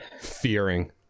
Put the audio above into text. fearing